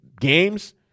games